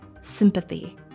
sympathy